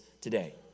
today